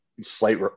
Slight